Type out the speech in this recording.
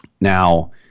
Now